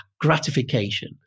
gratification